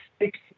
six